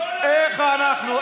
איך אנחנו?